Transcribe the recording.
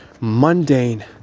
mundane